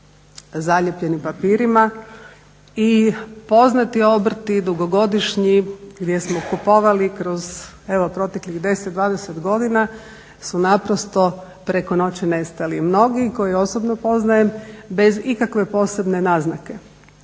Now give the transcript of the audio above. zalijepljeni papirima i poznati obrti i dugogodišnji gdje smo kupovali kroz evo proteklih 10, 20 godina su naprosto preko noći nestali. Mnogi koje i osobno poznajem bez ikakve posebne naznake.